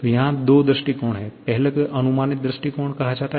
तो यहाँ दो दृष्टिकोण हैं पहले को अनुमानित दृष्टिकोण कहा जाता है